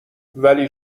ولی